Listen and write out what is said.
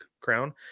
crown